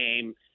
game